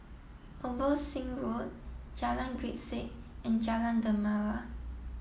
Abbotsingh Road Jalan Grisek and Jalan Dermawan